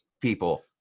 people